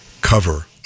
cover